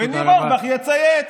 וניר אורבך יצייץ.